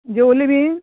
जेवलें बी